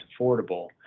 affordable